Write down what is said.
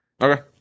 Okay